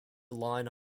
line